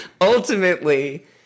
ultimately